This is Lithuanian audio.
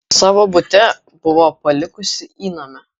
savo bute buvo palikusi įnamę